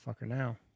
now